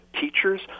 teachers